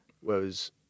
Whereas